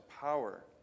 power